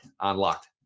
unlocked